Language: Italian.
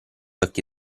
occhi